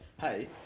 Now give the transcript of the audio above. hey